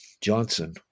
Johnson